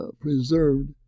preserved